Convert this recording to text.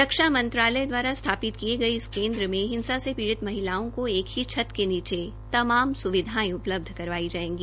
रक्षा मंत्रालय द्वारा स्थापित किये गये इस केन्द्र में हिंसा से पीडि़त महिलाओं को एक ही छत के नीचे तमाम स्विधायें उपलब्ध करवाई जायेगी